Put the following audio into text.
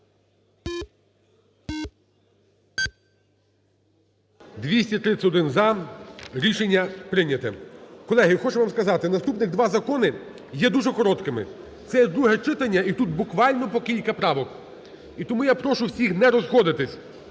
За-231 Рішення прийнято. Колеги, хочу вам сказати, наступних два закони є дуже короткими. Це є друге читання, і тут буквально по кілька правок. І тому я прошу всіх не розходитися,